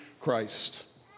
Christ